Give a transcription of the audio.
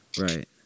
right